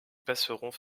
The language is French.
passeront